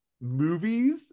movies